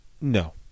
no